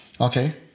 Okay